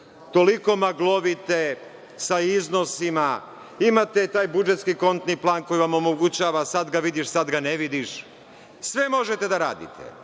toliko maglovite sa iznosima, imate taj budžetski kontni plan koji vam omogućava sad ga vidiš sad ga ne vidiš. Sve možete da radite,